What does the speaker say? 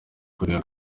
kubera